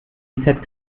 reset